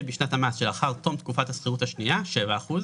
בשנת המס שלאחר תום תקופת השכירות השנייה 7 אחוזים